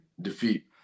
defeat